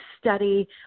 study